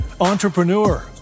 entrepreneur